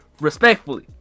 respectfully